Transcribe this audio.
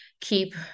keep